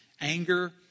anger